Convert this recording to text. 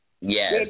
Yes